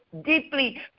deeply